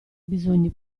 bisogni